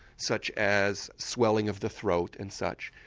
such as swelling of the throat and such.